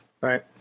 right